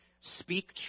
speak